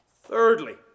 Thirdly